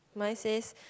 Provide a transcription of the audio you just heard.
mine says